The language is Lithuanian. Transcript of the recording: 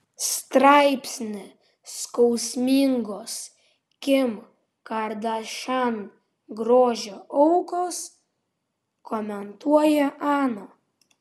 straipsnį skausmingos kim kardashian grožio aukos komentuoja ana